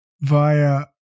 via